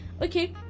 okay